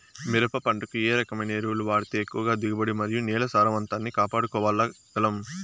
మిరప పంట కు ఏ రకమైన ఎరువులు వాడితే ఎక్కువగా దిగుబడి మరియు నేల సారవంతాన్ని కాపాడుకోవాల్ల గలం?